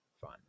fun